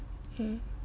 mm